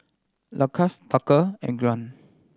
Lukas Tucker and Grant